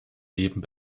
leben